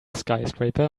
skyscraper